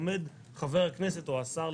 עומד חבר הכנסת או השר,